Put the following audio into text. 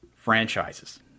franchises